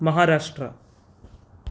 Maharashtra